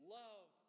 love